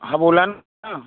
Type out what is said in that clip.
हा बोला ना